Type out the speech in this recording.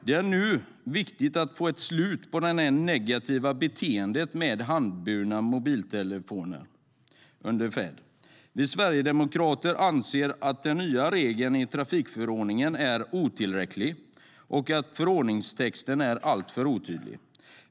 Det är nu viktigt att få ett slut på det negativa beteendet med handhållna mobiltelefoner under färd. Vi sverigedemokrater anser att den nya regeln i trafikförordningen är otillräcklig och att förordningstexten är alltför otydlig.